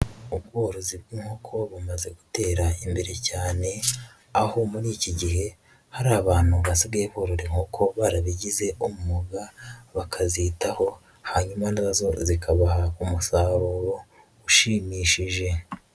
Ubworozi bw'inkoko bumaze gutera imbere cyane, aho muri iki gihe hari abantu basigaye borora inkoko barabigize umwuga, bakazitaho, hanyuma n'abazorora zikabaha umusaruro ushimishije.